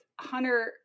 hunter